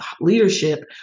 leadership